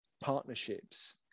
partnerships